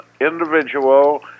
individual